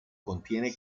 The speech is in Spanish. contiene